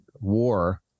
war